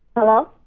hello?